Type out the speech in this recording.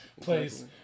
place